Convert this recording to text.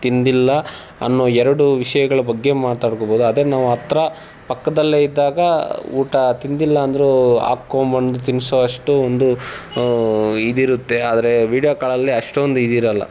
ತಿಂದಿಲ್ಲ ಅನ್ನೋ ಎರಡು ವಿಷಯಗಳ ಬಗ್ಗೆ ಮಾತಾಡ್ಕೊಬೋದು ಅದೇ ನಾವು ಹತ್ರ ಪಕ್ಕದಲ್ಲೇ ಇದ್ದಾಗ ಊಟ ತಿಂದಿಲ್ಲ ಅಂದರೂ ಹಾಕ್ಕೊಂಬಂದು ತಿನ್ನಿಸೋ ಅಷ್ಟು ಒಂದು ಇದಿರುತ್ತೆ ಆದರೆ ವೀಡ್ಯೋ ಕಾಲಲ್ಲಿ ಅಷ್ಟೊಂದು ಇದಿರೋಲ್ಲ